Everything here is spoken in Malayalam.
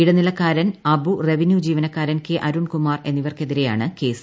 ഇടനിലക്കാരൻ അബു റവന്യു ജീവനക്കാരൻ കെ അരുൺകുമാർ എന്നിവർക്കെതിരെയാണ് കേസ്